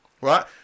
right